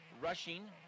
Rushing